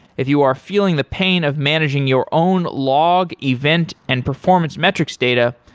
if you are feeling the pain of managing your own log, event and performance metrics data,